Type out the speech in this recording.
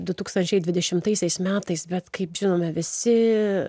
du tūkstančiai dvidešimtaisiais metais bet kaip žinome visi